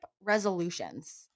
resolutions